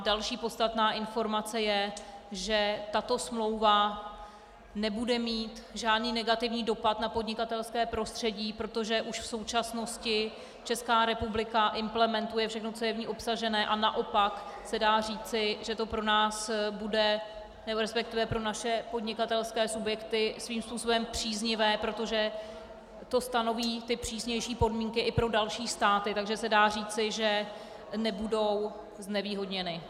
Další podstatná informace je, že tato smlouva nebude mít žádný negativní dopad na podnikatelské prostředí, protože už v současnosti Česká republika implementuje všechno, co je v ní obsažené, a naopak se dá říci, že to pro nás bude, resp. pro naše podnikatelské subjekty, svým způsobem příznivé, protože to stanoví přísnější podmínky i pro další státy, takže se dá říci, že nebudou znevýhodněny.